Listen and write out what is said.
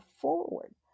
forward